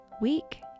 week